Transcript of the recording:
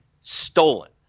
stolen